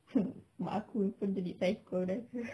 mak aku pun jadi psycho aku rasa